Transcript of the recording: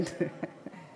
הגה לא הוצאתי.